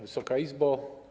Wysoka Izbo!